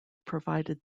provided